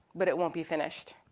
but it won't be finished.